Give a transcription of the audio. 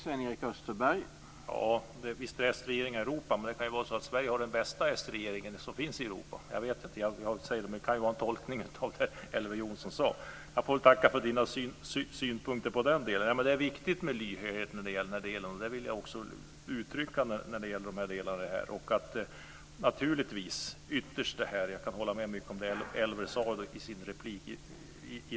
Herr talman! Visst finns det s-regeringar i Europa. Men det kan ju vara så att Sverige har den bästa sregeringen som finns i Europa, jag vet inte. Men det kan ju vara en tolkning av det Elver Jonsson sade. Jag får väl tacka för hans synpunkter på den delen. Det är viktigt med lyhördhet, det vill jag också uttrycka. Jag kan hålla med om mycket av det Elver sade i sin replik.